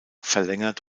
verlängert